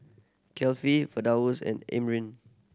Kefli Firdaus and Amrin